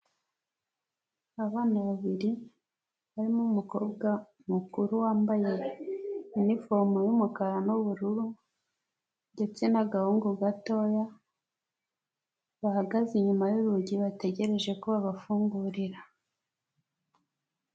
Abana babiri barimo umukobwa mukuru wambaye inifomu y'umukara n'ubururu ndetse n'agahungu gatoya bahagaze inyuma y'urugi bategereje ko babafungurira.